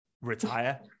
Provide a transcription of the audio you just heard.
retire